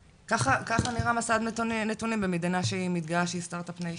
ככה נראה מסד נתונים במדינה שמתגאה שהיא סטראט-אפ ניישן.